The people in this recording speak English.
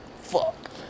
fuck